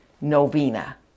novena